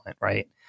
Right